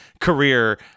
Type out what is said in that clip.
career